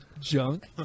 junk